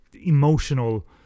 emotional